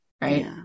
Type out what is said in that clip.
Right